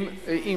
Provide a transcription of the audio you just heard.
חבר הכנסת,